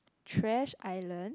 trash island